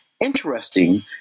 Interesting